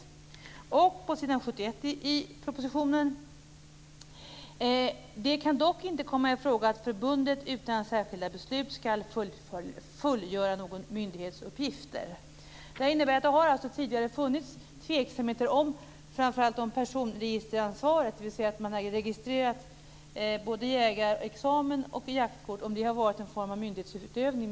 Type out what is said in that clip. Vidare står det på s. 71 i propositionen: "Det kan dock inte komma i fråga att förbundet utan särskilt beslut skall fullgöra några myndighetsuppgifter." Det innebär alltså att det tidigare har funnits tveksamheter framför allt om personregisteransvaret, dvs. att man har registrerat både jägarexamen och jaktkort, om det har varit någon form av myndighetsutövning.